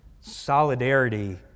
Solidarity